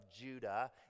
Judah